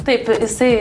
taip jisai